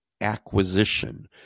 acquisition